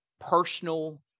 personal